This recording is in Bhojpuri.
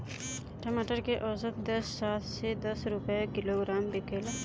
टमाटर के औसत दर सात से दस रुपया किलोग्राम बिकला?